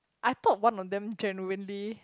I thought one of them genuinely